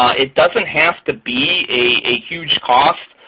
it doesn't have to be a huge cost.